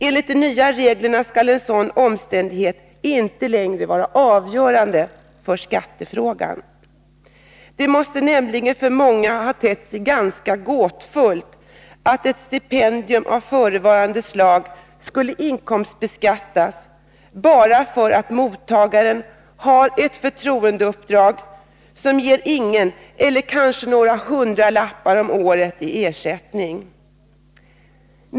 Enligt de nya reglerna skall en sådan omständighet inte längre vara avgörande för om beskattning skall ske. Det måste nämligen för många ha tett sig ganska gåtfullt att ett stipendium av förevarande slag skulle inkomstbeskattas bara för att mottagaren har ett förtroendeuppdrag, som ger ingen inkomst alls eller kanske några hundralappar om året i ersättning.